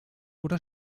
oder